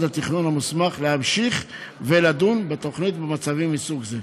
התכנון המוסמך להמשיך ולדון בתוכנית במצבים מסוג זה.